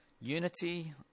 Unity